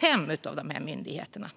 5 av de 85 myndigheterna.